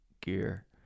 gear